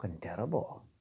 terrible